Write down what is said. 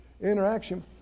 interaction